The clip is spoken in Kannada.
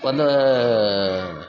ಒಂದು